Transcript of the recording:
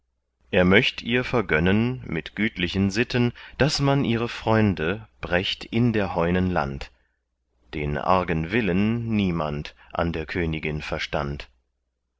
er möcht ihr vergönnen mit gütlichen sitten daß man ihre freunde brächt in der heunen land den argen willen niemand an der königin verstand